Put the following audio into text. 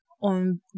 on